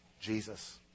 Jesus